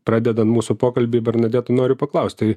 pradedan mūsų pokalbį bernadeta noriu paklaust tai